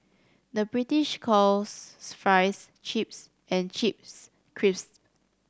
the British calls fries chips and chips crisps